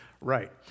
Right